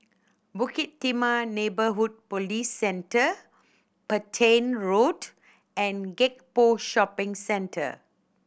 Bukit Timah Neighbourhood Police Centre Petain Road and Gek Poh Shopping Centre